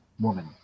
woman